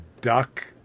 duck